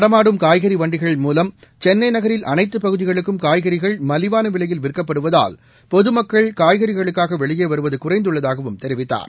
நடமாடும் காய்கறி வண்டிகள் மூலம் சென்னை நகில் அனைத்து பகுதிகளுக்கும் காய்கறிகள் மலிவான விலையில் விற்கப்படுவதால் பொதுமக்கள் காய்கறிகளுக்காக வெளியேவருவது குறைந்துள்ளதாகவும் தெரிவித்தார்